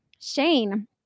Shane